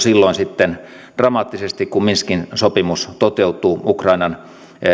dramaattisesti silloin kun minskin sopimus toteutuu ukrainan